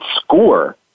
score